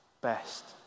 best